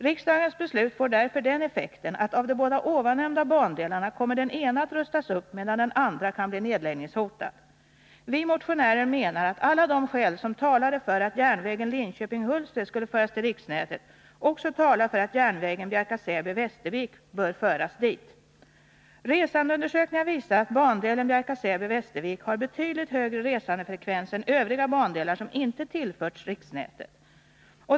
Riksdagens beslut får därför den effekten att av de båda nämnda bandelarna kommer den ena att rustas upp medan den andra kan bli nedläggningshotad. Vi motionärer menar att alla de skäl som talade för att järnvägen Linköping-Hultsfred skulle föras till riksnätet också talar för att järnvägen Bjärka-Säby-Västervik bör föras dit. Resandeundersökningar visar att bandelen Bjärka-Säby-Västervik har betydligt högre resandefrekvens än övriga bandelar som inte tillförts riksnätet.